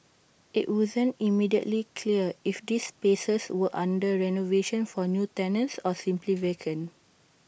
IT wasn't immediately clear if these spaces were under renovation for new tenants or simply vacant